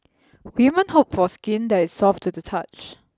women hope for skin that is soft to the touch